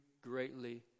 greatly